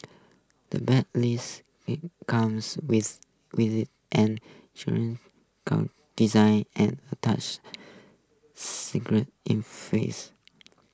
the brand's latest comes with design and a touch screen interface